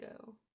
go